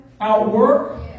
outwork